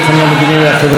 המדיני והחברתי.